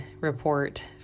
report